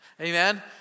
Amen